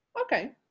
okay